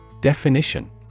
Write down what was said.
Definition